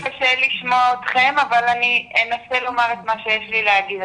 לי קצת קשה לשמוע אתכם אבל אני אנסה לומר את מה שיש לי להגיד.